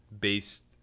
based